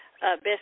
Best